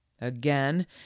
again